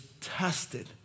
tested